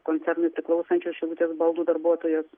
koncernui priklausančios šilutės baldų darbuotojos